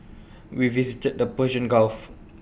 we visited the Persian gulf